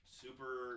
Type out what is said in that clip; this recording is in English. super